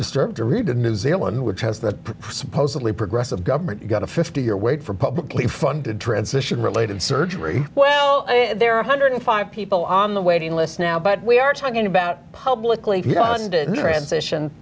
disturbed to read the new zealand which has the supposedly progressive government you've got a fifty year wait for publicly funded transition related surgery well there are one hundred five people on the waiting list now but we are talking about publicly funded transition